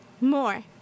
more